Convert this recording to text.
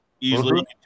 easily